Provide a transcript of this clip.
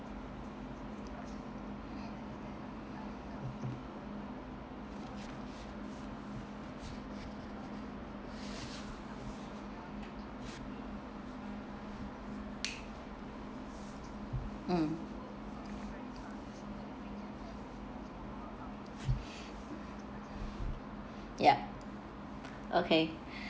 mm yup okay